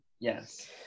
Yes